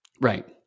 Right